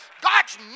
God's